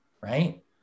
Right